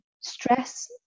stress